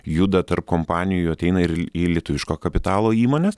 juda tarp kompanijų ateina ir į lietuviško kapitalo įmones